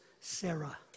Sarah